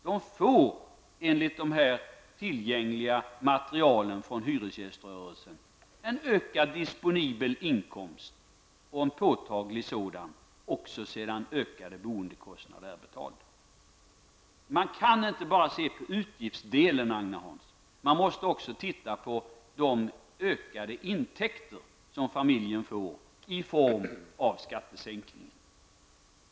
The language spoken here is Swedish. De får, enligt det tillgängliga materialet från hyresgäströrelsen, en påtagligt ökad disponibel inkomst även sedan ökade boendekostnader är betalda. Man kan inte bara se på utgiftsdelen, Agne Hansson, man måste också se på de ökade intäkter som familjen får i form av skattesänkning.